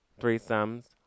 threesomes